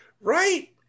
Right